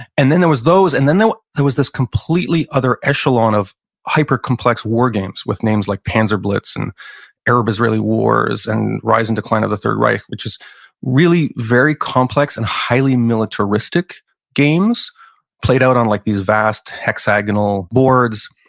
and then there was those, and then there there was this completely other echelon of hyper-complex war games with names like panzerblitz and arab-israeli wars and rise and decline of the third reich, which is really, very complex and highly militaristic games played out on like these vast hexagonal boards.